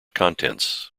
contents